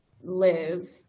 live